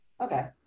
okay